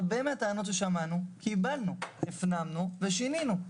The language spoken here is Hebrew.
הרבה מהטענות ששמענו - קיבלנו, הפנמנו ושינינו.